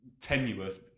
tenuous